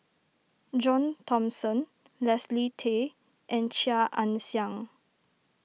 John Thomson Leslie Tay and Chia Ann Siang